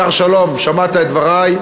השר שלום, שמעת את דברי.